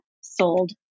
sold